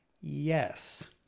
Yes